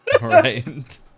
Right